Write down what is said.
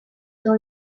dans